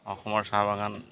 অসমৰ চাহ বাগান